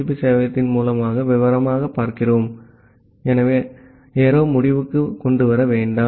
B சேவையகத்தின் மூலத்தை விவரமாகப் பார்க்கிறோம் ஆகவே அம்புக்குறியை முடிவுக்குக் கொண்டுவர வேண்டாம்